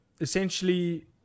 essentially